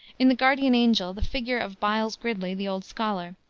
in the guardian angel the figure of byles gridley, the old scholar,